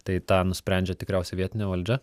tai tą nusprendžia tikriausiai vietinė valdžia